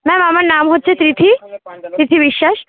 ma'am আমার নাম হচ্ছে তিথি তিথি বিশ্বাস